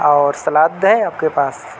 اور سلاد ہے آپ کے پاس